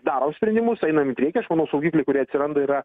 darom sprendimus einam į priekį aš manau saugikliai kurie atsiranda yra